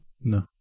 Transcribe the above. No